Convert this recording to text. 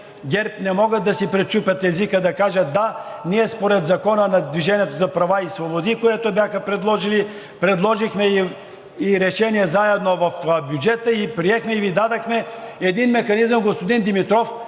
ГЕРБ не могат да си пречупят езика да кажат: да, ние според Закона на „Движение за права и свободи“, което бяха предложили, предложихме и решение заедно в бюджета, приехме и дадохме един механизъм, господин Димитров,